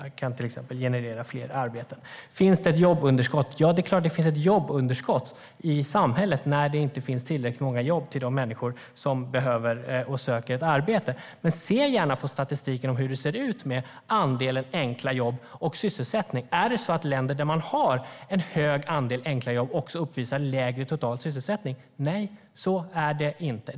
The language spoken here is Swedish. De kan till exempel generera fler arbeten. Finns det ett jobbunderskott? Ja, det är klart att det finns ett jobbunderskott i samhället när det inte finns tillräckligt många jobb till de människor som behöver och söker arbete. Titta gärna på statistiken för hur det ser ut med andelen enkla jobb och sysselsättning. Är det så att länder med hög andel enkla jobb också uppvisar högre total sysselsättning? Nej, så är det inte.